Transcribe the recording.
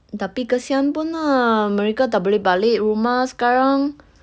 tapi kesian pun lah mereka tak boleh balik rumah sekarang